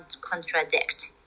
contradict